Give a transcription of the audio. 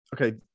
okay